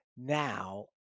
Now